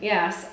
Yes